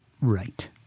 Right